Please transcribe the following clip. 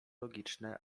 logiczne